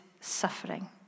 suffering